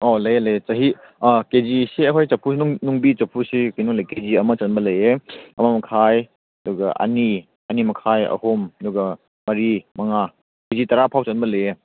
ꯑꯣ ꯂꯩꯌꯦ ꯂꯩꯌꯦ ꯆꯍꯤ ꯀꯦꯖꯤꯁꯦ ꯑꯩꯈꯣꯏ ꯆꯐꯨꯁꯦ ꯅꯨꯡꯕꯤ ꯆꯐꯨꯁꯦ ꯀꯩꯅꯣ ꯂꯩ ꯀꯦꯖꯤ ꯑꯃ ꯆꯟꯕ ꯂꯩꯌꯦ ꯑꯃ ꯃꯈꯥꯏ ꯑꯗꯨꯒ ꯑꯅꯤ ꯑꯅꯤ ꯃꯈꯥꯏ ꯑꯍꯨꯝ ꯑꯗꯨꯒ ꯃꯔꯤ ꯃꯉꯥ ꯀꯦꯖꯤ ꯇꯔꯥ ꯐꯥꯎ ꯆꯟꯕ ꯂꯩꯌꯦ